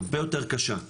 הרבה יותר קשה,